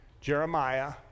Jeremiah